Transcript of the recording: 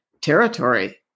territory